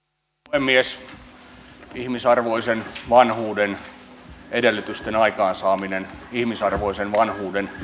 puhemies ihmisarvoisen vanhuuden edellytysten aikaansaaminen ihmisarvoisen vanhuuden tukeminen on meidän päätöksentekijöitten